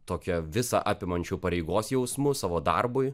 tokia visa apimančiu pareigos jausmu savo darbui